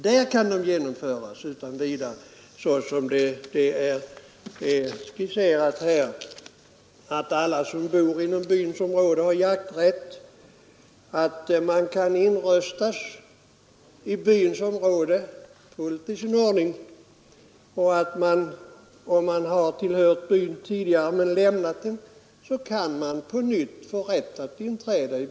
Där kan, såsom det skisserats, alla som bor inom byns område ha jakträtt, inröstas i byns jaktvårdsförening och, om de tillhört byn tidigare men lämnat den, på nytt få rätt att inträda.